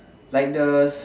like the